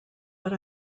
but